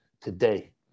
today